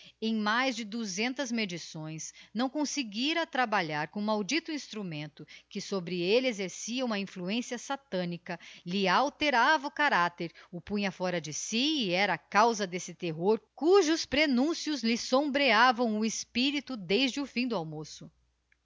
em mais de duzentas medições não conseguira trabalhar com o maldito instrumento que sobre elle exercia uma influencia satânica lhe alterava o caracter o punha fora de si e era causa d'esse terror cujos prenúncios lhe sombreavam o espirito desde o fim do almoço